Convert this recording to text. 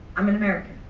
i'm an american.